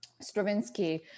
Stravinsky